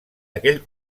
aquell